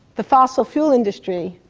the fossil fuel industry,